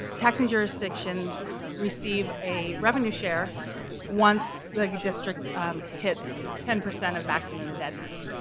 taxing jurisdictions receive a revenue share once the district hits ten percent of maximum indebtedness,